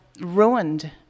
ruined